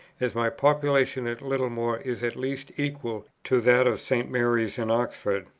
as my population at littlemore is at least equal to that of st. mary's in oxford,